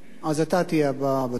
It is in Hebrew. אז אתה תהיה הבא בתור.